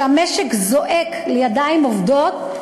כשהמשק זועק לידיים עובדות,